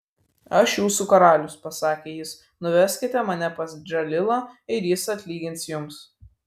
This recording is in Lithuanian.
aš jūsų karalius pasakė jis nuveskite mane pas džalilą ir jis atlygins jums